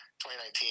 2019